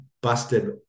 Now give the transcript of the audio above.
busted